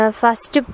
first